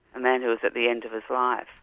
a man who was at the end of his life.